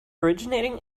originating